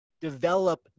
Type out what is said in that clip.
develop